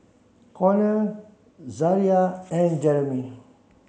Konner Zaria and Jeremy